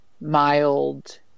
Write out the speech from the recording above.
mild